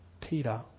Peter